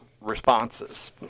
responses